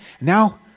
Now